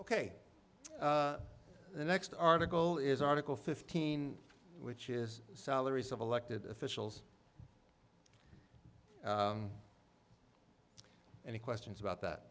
ok the next article is article fifteen which is salaries of elected officials any questions about that